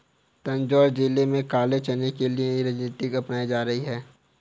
तंजौर जिले में काले चने के लिए नई तकनीकें अपनाई जा रही हैं